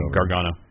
Gargano